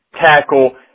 tackle